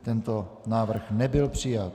Tento návrh nebyl přijat.